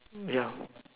yeah